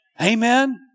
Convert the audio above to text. Amen